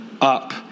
up